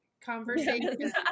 conversation